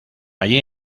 allí